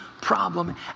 problem